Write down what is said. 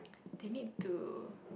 they need to